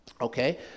Okay